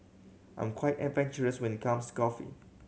I'm quite adventurous when it comes coffee